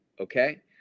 okay